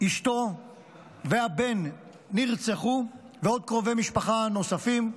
אשתו והבן נרצחו ועוד קרובי משפחה נוספים.